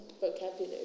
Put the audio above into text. vocabulary